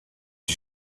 his